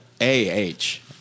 A-H